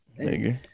nigga